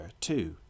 two